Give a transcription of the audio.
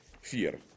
fear